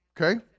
Okay